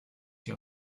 your